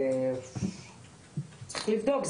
צריך לבדוק,